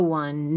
one